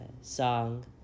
song